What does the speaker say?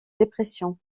dépression